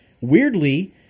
Weirdly